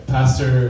Pastor